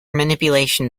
manipulation